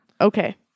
Okay